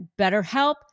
BetterHelp